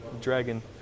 dragon